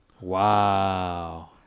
Wow